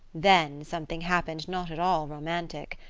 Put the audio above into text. then something happened not at all romantic.